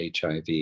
HIV